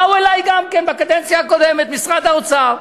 באו אלי גם כן בקדנציה הקודמת, משרד האוצר,